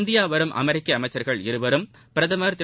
India வரும் அமெரிக்க அமைச்சர்கள் இருவரும் பிரதம் திரு